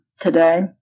today